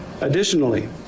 Additionally